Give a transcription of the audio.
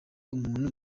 umuntu